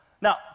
Now